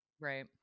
right